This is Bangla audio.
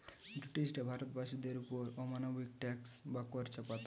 ব্রিটিশরা ভারতবাসীদের ওপর অমানবিক ট্যাক্স বা কর চাপাত